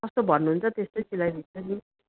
जस्तो भन्नुहुन्छ त्यस्तै सिलाइदिन्छु नि